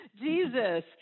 Jesus